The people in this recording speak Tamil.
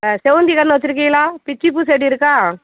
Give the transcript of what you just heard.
செவ்வந்தி கன்று வச்சுருக்கிகளா பிச்சிப்பூ செடி இருக்கா